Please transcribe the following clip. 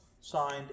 signed